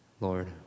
Lord